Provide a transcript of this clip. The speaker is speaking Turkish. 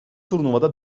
turnuvada